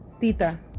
Tita